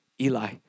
Eli